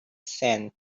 sand